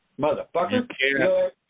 motherfucker